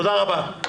תודה רבה.